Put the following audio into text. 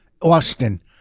Austin